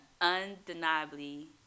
undeniably